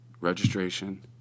registration